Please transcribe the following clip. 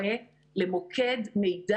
רוה"מ כדי לנסות להביא פתרונות לבעיות האלה.